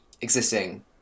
existing